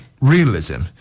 realism